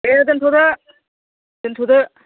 दे दोनथ'दो दोनथ'दो